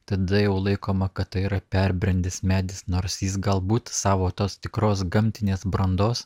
tada jau laikoma kad tai yra perbrendęs medis nors jis galbūt savo tos tikros gamtinės brandos